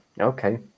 Okay